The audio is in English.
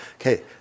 Okay